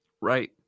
Right